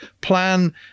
plan